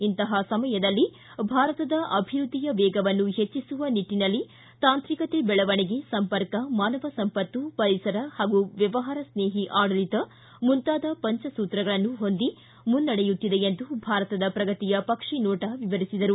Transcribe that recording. ಇಂತಪ ಸಮಯದಲ್ಲಿ ಭಾರತದ ಅಭಿವ್ಯದ್ವಿಯ ವೇಗವನ್ನು ಹೆಜ್ಜಿಸುವ ನಿಟ್ಟಿನಲ್ಲಿ ತಾಂತ್ರಿಕತೆ ಬೆಳವಣಿಗೆ ಸಂಪರ್ಕ ಮಾನವ ಸಂಪತ್ತು ಪರಿಸರ ಹಾಗೂ ವ್ಯವಹಾರ ಸ್ನೇಹಿ ಆಡಳಿತ ಮುಂತಾದ ಪಂಜ ಸೂತ್ರಗಳನ್ನು ಹೊಂದಿ ಮುನ್ನೆಡೆಯುತ್ತಿದೆ ಎಂದು ಭಾರತದ ಪ್ರಗತಿಯ ಪಕ್ಷಿ ನೋಟ ವಿವರಿಸಿದರು